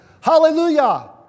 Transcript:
Hallelujah